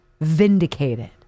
vindicated